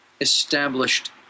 established